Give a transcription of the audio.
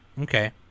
Okay